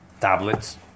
tablets